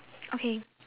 okay